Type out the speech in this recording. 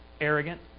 arrogant